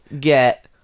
get